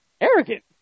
Arrogant